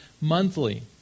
monthly